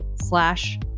slash